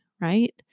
right